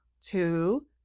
two